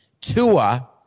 Tua